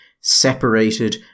separated